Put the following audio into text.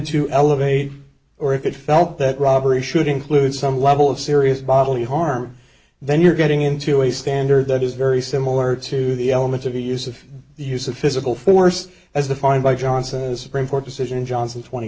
to elevate or it felt that robbery should include some level of serious bodily harm then you're getting into a standard that is very similar to the elements of the use of the use of physical force as the find by johnson as supreme court decision johnson tw